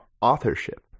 authorship